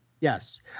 yes